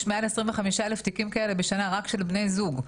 יש מעל 25 אלף תיקים כאלה בשנה רק של בני זוג,